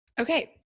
okay